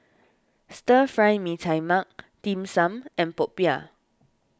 Stir Fry Mee Tai Mak Dim Sum and Popiah